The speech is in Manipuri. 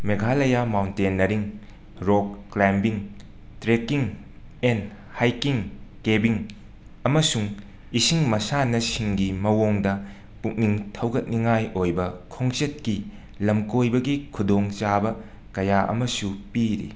Meghalaya mountaineering rock climbing trekking and hiking ꯀꯦꯕꯤꯡ ꯑꯃꯁꯨꯡ ꯏꯁꯤꯡ ꯃꯁꯥꯟꯅꯁꯤꯡꯒꯤ ꯃꯑꯣꯡꯗ ꯄꯨꯛꯅꯤꯡ ꯊꯧꯒꯠꯅꯤꯡꯉꯥꯏ ꯑꯣꯏꯕ ꯈꯣꯡꯆꯠꯀꯤ ꯂꯝꯀꯣꯏꯕꯒꯤ ꯈꯨꯗꯣꯡꯆꯥꯕ ꯀꯌꯥ ꯑꯃꯁꯨ ꯄꯤꯔꯤ